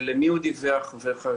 למי הוא דיווח וכיוצא בזה.